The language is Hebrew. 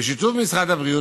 בשיתוף משרד הבריאות,